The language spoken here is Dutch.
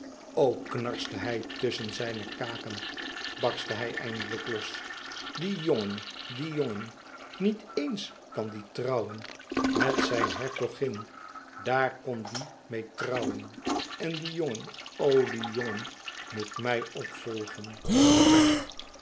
knarste hij tusschen zijne kaken barstte hij eindelijk los die jongen die jongen niet éens kan die trouwen met zijn hertogin dàar kon die meê trouwen en die jongen o die jongen moet mij opvolgen mij